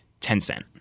Tencent